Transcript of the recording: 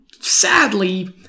sadly